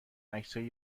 عکسای